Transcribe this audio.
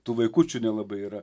tų vaikučių nelabai yra